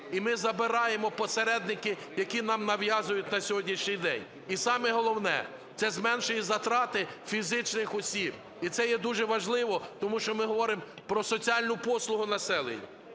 і ми забираємо посередники, які нам нав'язують на сьогоднішній день. І саме головне - це зменшені затрати фізичних осіб, і це є дуже важливо, тому що ми говоримо про соціальну послугу населенню.